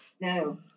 no